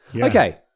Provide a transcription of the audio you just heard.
Okay